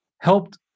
helped